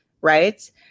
right